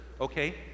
Okay